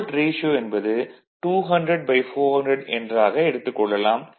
volt ratio என்பது 200400 என்றாக எடுத்துக் கொள்ளலாம்